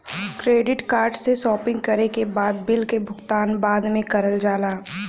credit card से shopping करे के बाद बिल क भुगतान बाद में करल जाला